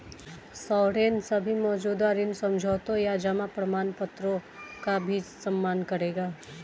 sovereign सभी मौजूदा ऋण समझौतों या जमा प्रमाणपत्रों का भी सम्मान करेगा